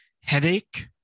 headache